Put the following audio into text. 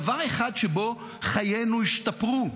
דבר אחד שבו חיינו השתפרו?